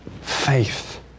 faith